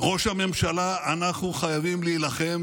ראש הממשלה, אנחנו חייבים להילחם